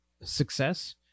success